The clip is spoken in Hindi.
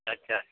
अच्छा